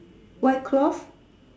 white cloth